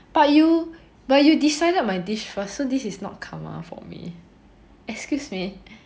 but you but you decided my dish first so this is not karma for me excuse me